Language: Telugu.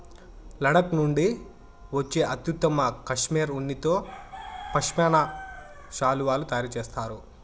లడఖ్ నుండి వచ్చే అత్యుత్తమ కష్మెరె ఉన్నితో పష్మినా శాలువాలు తయారు చేస్తారు